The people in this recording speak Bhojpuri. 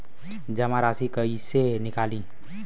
जमा राशि कइसे निकली?